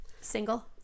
single